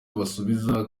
abasubiza